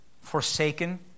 forsaken